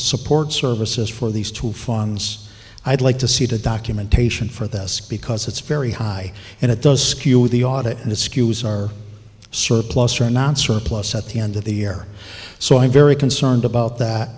support services for these two funds i'd like to see the documentation for this because it's very high and it does skew the audit and it skews our surplus or not surplus at the end of the year so i'm very concerned about that